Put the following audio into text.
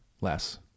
less